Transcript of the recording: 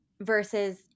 versus